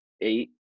eight